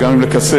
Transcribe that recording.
וגם אם לקצר,